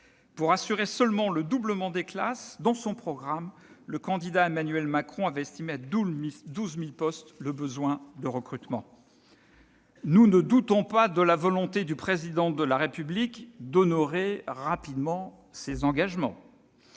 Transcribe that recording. Pour assurer seulement le dédoublement des classes, dans son programme, le candidat Emmanuel Macron avait estimé à 12 000 postes le besoin de recrutement. Nous ne doutons pas de la volonté du Président de la République d'honorer rapidement ses engagements.